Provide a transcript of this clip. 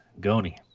Goni